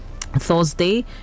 thursday